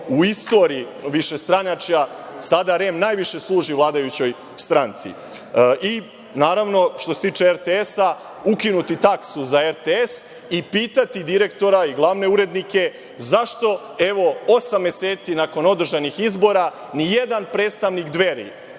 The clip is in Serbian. U istoriji višestranačja, sada REM najviše služi vladajućoj stranci. Naravno, što se tiče RTS-a, ukinuti taksu za RTS i pitati direktora i glavne urednike zašto, evo, osam meseci nakon održanih izbora nijedan predstavnik Dveri